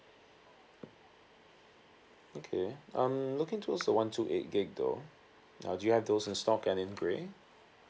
okay I'm looking towards the one two eight gig though uh do you have those in stock and in grey